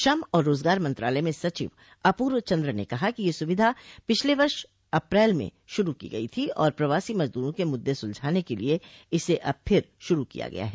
श्रम और रोजगार मंत्रालय में सचिव अपूर्व चन्द्र ने कहा कि यह सुविधा पिछले वर्ष अप्रैल में शुरू की गई थी और प्रवासी मजदूरों के मुद्दे सुलझाने के लिए इसे अब फिर शुरू किया गया है